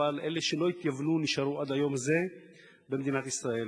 אבל אלה שלא התייוונו נשארו עד היום הזה במדינת ישראל.